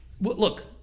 look